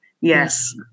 Yes